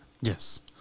Yes